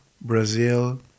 Brazil